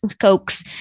Cokes